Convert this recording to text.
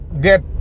get